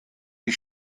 die